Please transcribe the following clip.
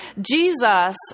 Jesus